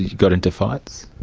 you get into fights?